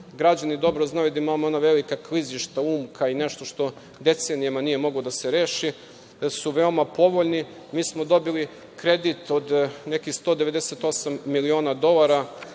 građani dobro znaju da imamo ona velika klizišta, Umka, i nešto što decenijama nije moglo da se reši, da su veoma povoljni. Mi smo dobili kredit od nekih 198 miliona dolara